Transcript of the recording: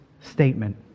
statement